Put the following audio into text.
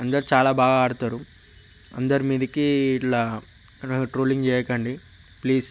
అందరు చాలా బాగా ఆడుతారు అందరి మీదికి ఇట్లా ట్రోలింగ్ చేయకండి ప్లీజ్